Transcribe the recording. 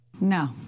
No